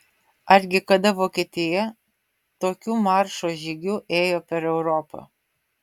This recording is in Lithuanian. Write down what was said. argi kada vokietija tokiu maršo žygiu ėjo per europą